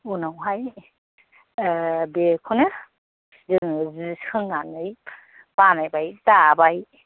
उनावहाय बेखौनो जोङो सि सोंनानै बानायबाय दाबाय